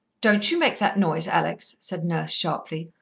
don't you make that noise, alex, said nurse sharply.